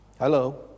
hello